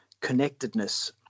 connectedness